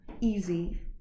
easy